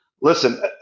listen